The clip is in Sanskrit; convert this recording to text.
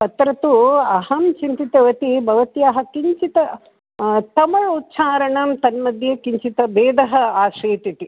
तत्र तु अहं चिन्तितवती भवत्याः किञ्चित् तमिळ् उच्चारणं तन्मध्ये किञ्चित् भेदः आसीत् इति